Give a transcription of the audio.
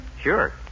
Sure